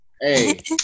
Hey